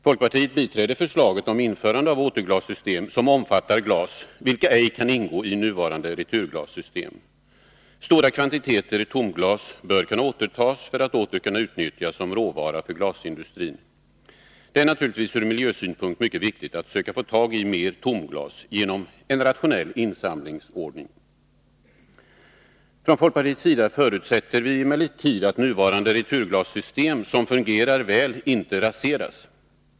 Folkpartiet biträder förslaget om införande av återglassystem som omfattar glas vilka ej kan ingå i nuvarande returglassystem. Stora kvantiteter tomglas bör kunna återtas för att åter kunna utnyttjas som råvara för glasindustrin. Det är naturligtvis ur miljösynpunkt mycket viktigt att söka få tag i mer tomglas genom en rationell insamlingsordning. Från folkpartiets sida förutsätter vi emellertid att nuvarande returglassystem som fungerar väl inte raseras.